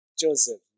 Joseph